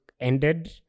ended